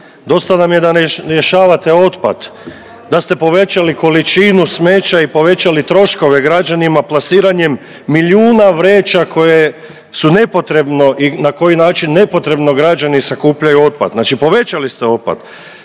dosta nam je da ne rješavate otpad, da ste povećali količinu smeća i povećali troškove građanima plasiranjem milijuna vreća koje su nepotrebno i na koji način nepotrebno građani sakupljaju otpad, znači povećali ste otpad,